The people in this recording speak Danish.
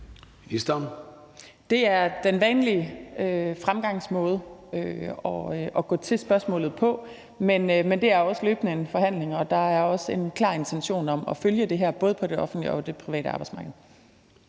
Det er den vanlige fremgangsmåde at gå til spørgsmålet på, men det er også løbende en forhandling, og der er også en klar intention om at følge det her, både på det offentlige og det private arbejdsmarked.